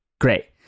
Great